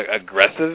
aggressive